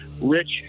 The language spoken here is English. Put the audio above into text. rich